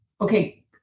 Okay